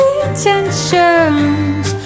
intentions